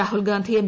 Rahul Gandhi M